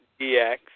DX